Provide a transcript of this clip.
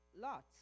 Lot's